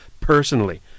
personally